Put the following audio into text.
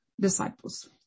disciples